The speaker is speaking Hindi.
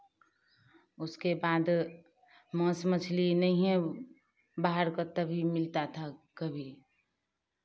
उसके बाद मांस मछली नहिंए बाहर का तभी मिलता था कभी